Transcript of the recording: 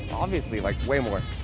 obviously, like way more.